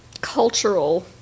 cultural